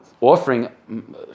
offering